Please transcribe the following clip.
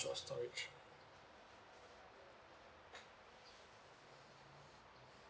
of storage